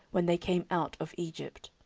when they came out of egypt.